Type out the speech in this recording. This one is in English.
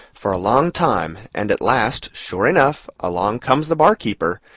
for a long time, and at last, sure enough, along comes the barkeeper,